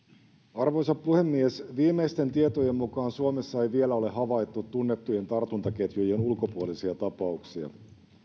arvoisa puhemies viimeisten tietojen mukaan suomessa ei vielä ole havaittu tunnettujen tartuntaketjujen ulkopuolisia tapauksia